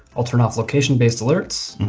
i'll turn off location based alerts.